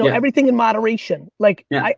yeah everything in moderation. like yeah.